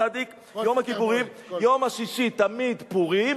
צד"י, יום הכיפורים, יום השישי תמיד פורים,